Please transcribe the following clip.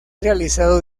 realizado